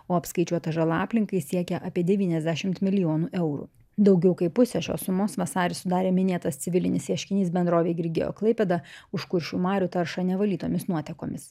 o apskaičiuota žala aplinkai siekia apie devyniasdešimt milijonų eurų daugiau kaip pusę šios sumos vasarį sudarė minėtas civilinis ieškinys bendrovei grigeo klaipėda už kuršių marių taršą nevalytomis nuotekomis